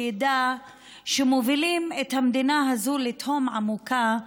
וידע שמובילים את המדינה הזאת לתהום עמוקה,